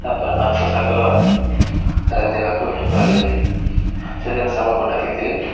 ତା'ପରେ ମାଂସ ଶାଗ ରାନ୍ଧିବାକୁ ଗଲି ସେଦିନ ସାଙ୍ଗକୁ ଡ଼ାକିଥିଲି